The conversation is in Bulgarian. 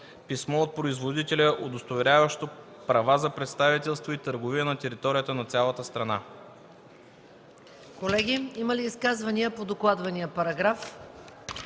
писмо от производителя, удостоверяващо права за представителство и търговия на територията на цялата страна.”